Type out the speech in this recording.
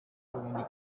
abona